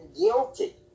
guilty